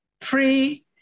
free